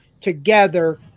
together